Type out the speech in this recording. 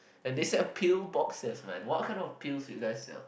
and they sell pill boxes man what kind of pills you guys sell